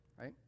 right